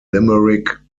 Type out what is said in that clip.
limerick